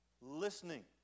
listening